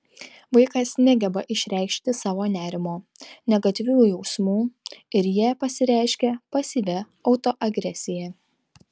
vaikas negeba išreikšti savo nerimo negatyvių jausmų ir jie pasireiškia pasyvia autoagresija